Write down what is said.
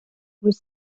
was